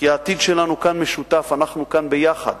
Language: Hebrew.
כי העתיד שלנו כאן משותף, אנחנו כאן ביחד